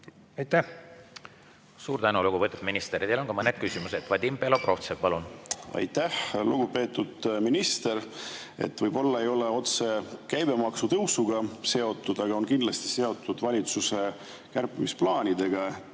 palun! Suur tänu, lugupeetud minister! Teile on ka mõned küsimused. Vadim Belobrovtsev, palun! Aitäh, lugupeetud minister! Võib-olla ei ole otse käibemaksutõusuga seotud, aga on kindlasti seotud valitsuse kärpimisplaanidega.